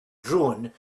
drone